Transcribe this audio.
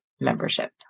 membership